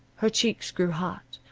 her cheeks grew hot,